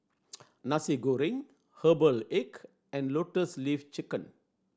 Nasi Goreng herbal egg and Lotus Leaf Chicken